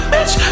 Bitch